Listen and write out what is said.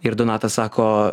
ir donatas sako